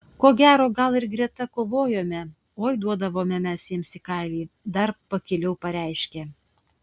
ko gero gal ir greta kovojome oi duodavome mes jiems į kailį dar pakiliau pareiškė